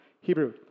Hebrew